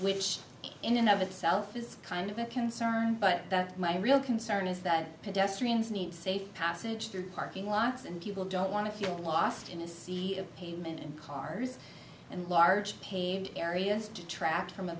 which in and of itself is kind of a concern but that's my real concern is that pedestrians need safe passage through parking lots and people don't want to feel lost in a sea of pavement and cars and large paved areas detract from a